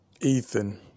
Ethan